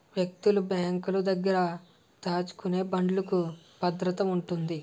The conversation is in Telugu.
వ్యక్తులు బ్యాంకుల దగ్గర దాచుకునే బాండ్లుకు భద్రత ఉంటుంది